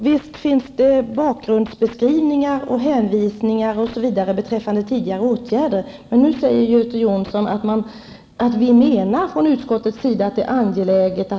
Fru talman! Visst finns bakgrundsbeskrivningar och hänvisningar beträffande tidigare åtgärder. Nu säger Göte Jonsson att ''vi menar från utskottet att det är angeläget .